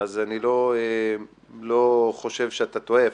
אז אני חושב שאתה צודק.